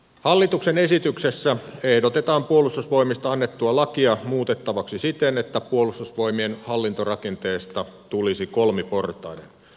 hallituksen esityksessä ehdotetaan puolustusvoimista annettua lakia muutettavaksi siten että puolustusvoimien hallintorakenteesta tulisi kolmiportainen